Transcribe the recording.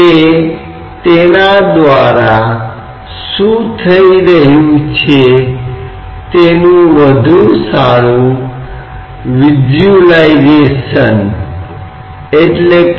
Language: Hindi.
तो हम निश्चित रूप से स्थानीय सतह तनाव प्रभाव और केशिका गठन की उपेक्षा कर रहे हैं